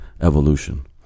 evolution